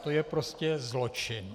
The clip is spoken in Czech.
To je prostě zločin.